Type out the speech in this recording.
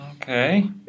Okay